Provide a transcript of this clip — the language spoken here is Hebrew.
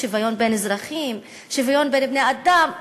שוויון בין אזרחים, שוויון בין בני-אדם.